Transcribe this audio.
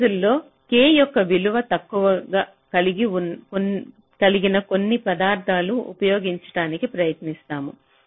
ఈ రోజుల్లో k యొక్క విలువ తక్కువ కలిగిన కొన్ని పదార్థాలను ఉపయోగించడానికి ప్రయత్నిస్తాము